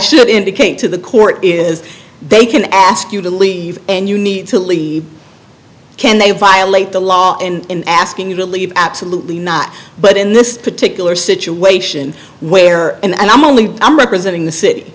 should indicate to the court is they can ask you to leave and you need to leave can they violate the law and asking you to leave absolutely not but in this particular situation where and i'm only i'm representing the